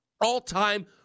all-time